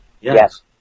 Yes